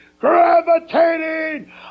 gravitating